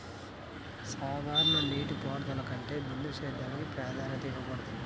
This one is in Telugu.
సాధారణ నీటిపారుదల కంటే బిందు సేద్యానికి ప్రాధాన్యత ఇవ్వబడుతుంది